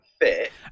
fit